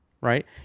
right